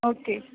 okay